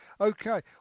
Okay